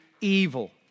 evil